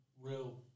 real